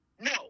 no